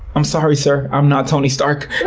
i'm sorry sir, i'm not tony stark.